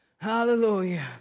Hallelujah